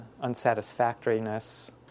unsatisfactoriness